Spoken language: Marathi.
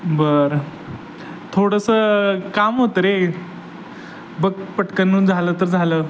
बरं थोडंसं काम होतं रे बघ पटकनून झालं तर झालं